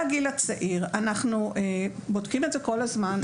את העניין של הגיל הצעיר אנחנו בודקים כל הזמן.